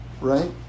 right